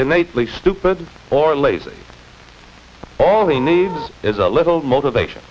innately stupid or lazy all we need is a little motivation